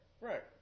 Right